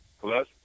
Plus